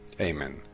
Amen